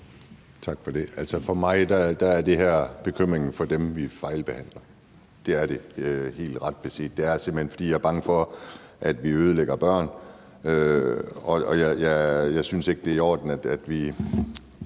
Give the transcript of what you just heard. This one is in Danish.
Tak for det. Altså, for mig er det her bekymringen for dem, vi fejlbehandler. Det er det helt ret beset, og det er simpelt hen, fordi jeg er bange for, at vi ødelægger børn, og jeg synes ikke, det er i orden, at vi